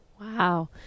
Wow